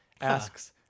asks